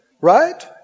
right